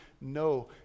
no